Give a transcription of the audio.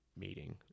meeting